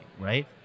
right